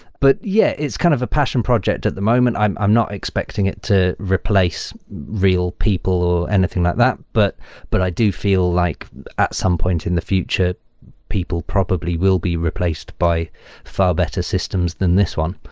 but, yeah, it's kind of a passion project at the moment. i'm i'm not expecting it to replace real people or anything like that, but but i do feel like at some point in the future people probably will be replaced by far better systems than this one.